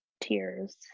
tears